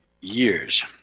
years